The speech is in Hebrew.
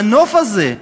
המנוף הזה,